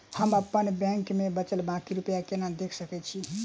हम अप्पन बैंक मे बचल बाकी रुपया केना देख सकय छी?